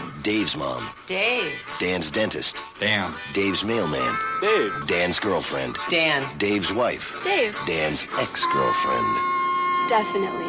dave's mom dave dan's dentist dan dave's mailman dave dan's girlfriend dan dave's wife dave dan's ex-girlfriend definitely,